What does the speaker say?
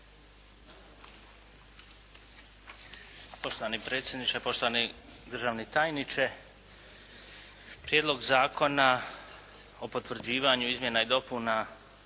Poštovani predsjedniče, poštovani državni tajniče. Prijedlog zakona o potvrđivanju izmjena i dopuna